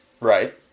Right